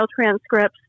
transcripts